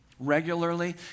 Regularly